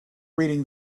reading